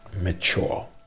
mature